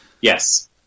Yes